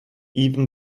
even